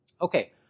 Okay